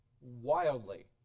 wildly